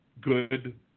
good –